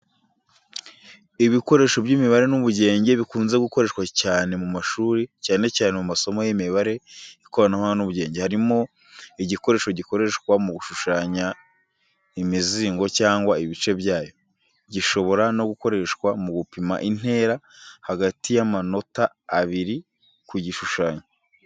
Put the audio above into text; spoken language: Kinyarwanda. Ibikoresho by’imibare n’ubugenge bikunze gukoreshwa cyane mu mashuri, cyane cyane mu masomo y’imibare, ikoranabuhanga n’ubugenge. Harimo igikoresho gikoreshwa mu gushushanya imizingo cyangwa ibice byayo. Gishobora no gukoreshwa mu gupima intera hagati y'amanota abiri ku gishushanyo.